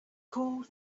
called